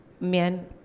men